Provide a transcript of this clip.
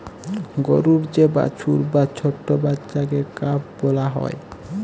গরুর যে বাছুর বা ছট্ট বাচ্চাকে কাফ ব্যলা হ্যয়